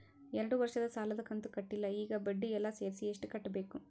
ಎರಡು ವರ್ಷದ ಸಾಲದ ಕಂತು ಕಟ್ಟಿಲ ಈಗ ಬಡ್ಡಿ ಎಲ್ಲಾ ಸೇರಿಸಿ ಎಷ್ಟ ಕಟ್ಟಬೇಕು?